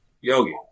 Yogi